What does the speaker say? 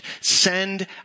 Send